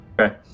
Okay